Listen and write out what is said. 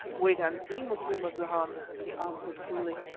wait and see, macumazahn, he answered, coolly.